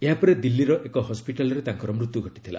ଏହା ପରେ ଦିଲ୍ଲୀର ଏକ ହସ୍କିଟାଲରେ ତାଙ୍କର ମୃତ୍ୟୁ ଘଟିଥିଲା